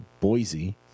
Boise